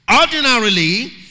ordinarily